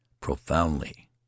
profoundly